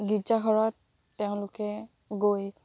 গীৰ্জাঘৰত তেওঁলোকে গৈ